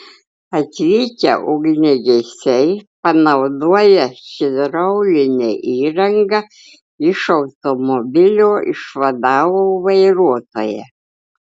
atvykę ugniagesiai panaudoję hidraulinę įrangą iš automobilio išvadavo vairuotoją